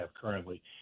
currently